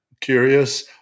curious